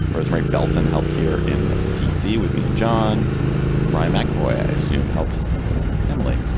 rosemary bellson, health care in d c. with me and john ryan macavoy, i assume helps emily